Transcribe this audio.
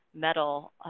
metal